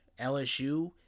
lsu